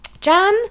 Jan